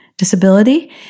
disability